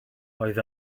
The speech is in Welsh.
roedd